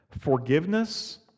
forgiveness